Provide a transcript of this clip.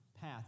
path